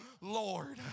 Lord